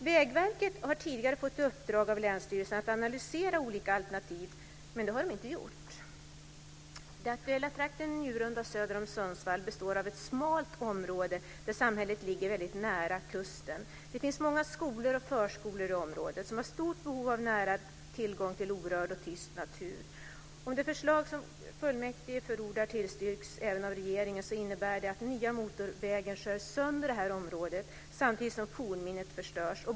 Vägverket har tidigare fått i uppdrag av länsstyrelsen att analysera olika alternativ, men det har man inte gjort. Den aktuella trakten i Njurunda söder om Sundsvall består av ett smalt område där samhället ligger nära kusten. Det finns många skolor och förskolor i området som har stort behov av nära tillgång till orörd och tyst natur. Om det förslag som fullmäktige förordar tillstyrks även av regeringen innebär det att nya motorvägen skär sönder området samtidigt som fornminnet förstörs.